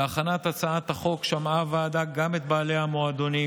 בהכנת הצעת החוק שמעה הוועדה גם את בעלי המועדונים,